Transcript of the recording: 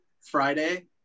Friday